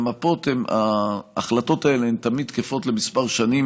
אלא ההחלטות האלה תמיד תקפות לכמה שנים,